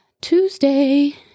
Tuesday